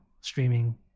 streaming